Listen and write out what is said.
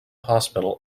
hospital